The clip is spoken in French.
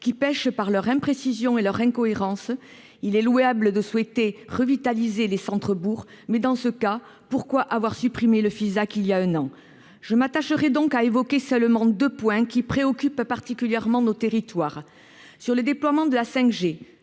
qui pèchent par leur imprécision et leur incohérence. S'il est louable de souhaiter revitaliser les centres-bourgs, pourquoi alors avoir supprimé le Fisac il y a un an ? Je m'attacherai à évoquer seulement deux points, qui préoccupent particulièrement nos territoires. Sur le déploiement de la 5G,